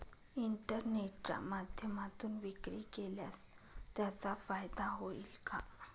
इंटरनेटच्या माध्यमातून विक्री केल्यास त्याचा फायदा होईल का?